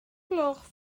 gloch